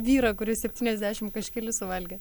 vyrą kuris septyniasdešim kažkelis suvalgė